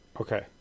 Okay